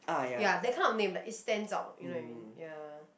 ya that kind of name like it stands out you know what I mean ya